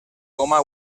coma